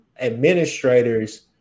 administrators